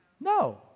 No